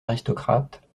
aristocrates